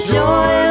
joy